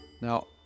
now